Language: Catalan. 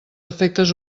efectes